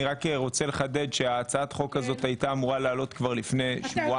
אני רוצה לחדד שהצעת החוק הזו היתה אמור לעלות כבר לפני שבועיים.